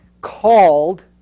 called